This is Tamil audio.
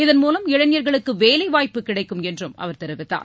இதன் மூலம் இளைஞர்களுக்கு வேலைவாய்ப்பு கிடைக்கும் என்றும் அவர் தெரிவித்தார்